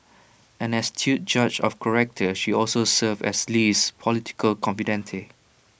an astute judge of character she also served as Lee's political confidante